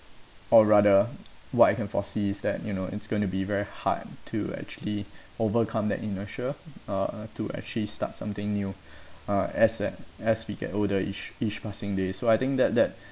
or rather what I can foresee is that you know it's going to be very hard to actually overcome that inertia uh to actually start something new uh as an as we get older each each passing day so I think that that